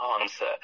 answer